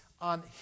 on